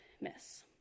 Miss